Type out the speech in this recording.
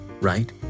right